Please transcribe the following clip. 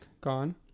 gone